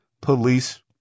police